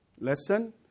lesson